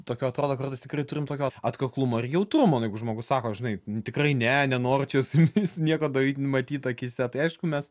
tokio atrodo kartais tikrai turim tokio atkaklumo ir jautrumo nu jeigu žmogus sako žinai tikrai ne nenoriu čia su jumis nieko daryt matyt akyse tai aišku mes